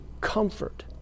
comfort